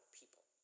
people